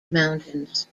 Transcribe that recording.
mountains